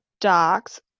docs